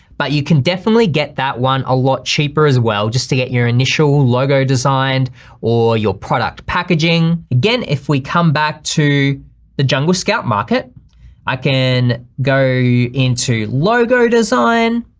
but you can definitely get that one a lot cheaper as well, just to get your initial logo designed or your product packaging. again, if we come back to the jungle scout market i can go into logo design,